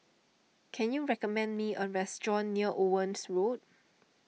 can you recommend me a restaurant near Owen Road